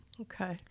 Okay